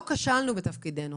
לא כשלנו בתפקידנו?